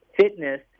fitness